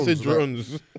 drones